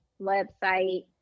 website